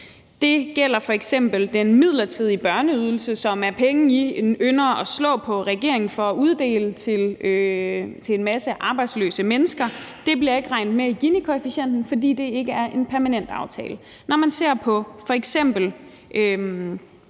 Det gælder f.eks. den midlertidige børneydelse, som er penge, I ynder at slå på regeringen for at uddele til en masse arbejdsløse mennesker. Det bliver ikke regnet med i Ginikoefficienten, fordi det ikke er en permanent aftale. Når man ser på f.eks.